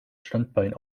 standbein